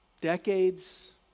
decades